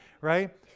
right